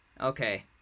Okay